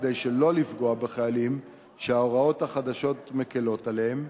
כדי שלא לפגוע בחיילים שההוראות החדשות מקילות עליהם,